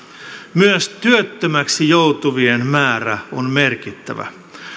myös työttömäksi joutuvien määrä on merkittävä